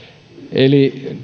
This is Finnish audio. eli